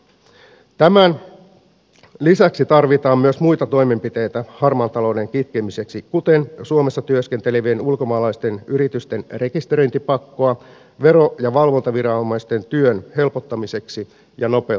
tämän lisäksi tarvitaan myös muita toimenpiteitä harmaan talouden kitkemiseksi kuten suomessa työskentelevien ulkomaalaisten yritysten rekisteröintipakkoa vero ja valvontaviranomaisten työn helpottamiseksi ja nopeuttamiseksi